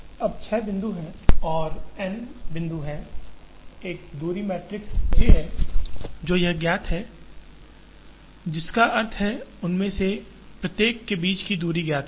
अब 6 बिंदु हैं और n बिंदु हैं एक दूरी मैट्रिक्स d i j है जो ज्ञात है जिसका अर्थ है उनमें से प्रत्येक के बीच की दूरी ज्ञात है